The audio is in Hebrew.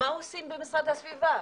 מה עושים במשרד להגנת הסביבה?